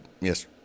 yes